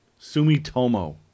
Sumitomo